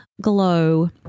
glow